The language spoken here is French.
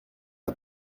l’a